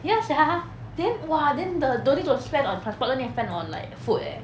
ya sia then !wah! then the no need to spend on transport no need to spend on like food eh